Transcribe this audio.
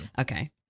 Okay